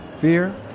fear